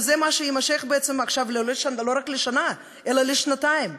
וזה מה שיימשך בעצם עכשיו לא רק לשנה אלא לשנתיים.